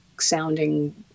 sounding